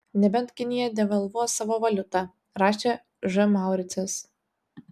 nebent kinija devalvuos savo valiutą rašė ž mauricas